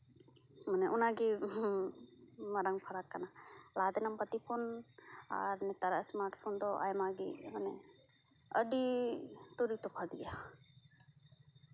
ᱚᱱᱮ ᱚᱱᱟ ᱜᱮ ᱦᱩᱸ ᱢᱟᱨᱟᱝ ᱯᱷᱟᱨᱟᱠ ᱠᱟᱱᱟ ᱞᱟᱦᱟ ᱛᱮᱱᱟᱜ ᱯᱟᱛᱤ ᱯᱷᱳᱱ ᱟᱨ ᱱᱮᱛᱟᱨᱟᱜ ᱥᱢᱟᱨᱴ ᱯᱷᱳᱱ ᱫᱚ ᱟᱭᱢᱟ ᱜᱮ ᱢᱟᱱᱮ ᱟᱹᱰᱤ ᱩᱛᱟᱹᱨ ᱜᱮ ᱛᱚᱯᱷᱟᱛ ᱜᱮᱭᱟ